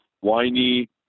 whiny